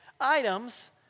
items